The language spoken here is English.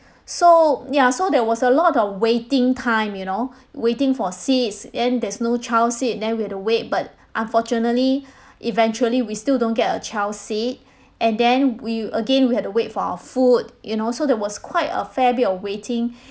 so mm ya so there was a lot of waiting time you know waiting for seats then there's no child seat then we had to wait but unfortunately eventually we still don't get a child seat and then we again we had to wait for our food you know so that was quite a fair bit of waiting